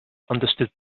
understood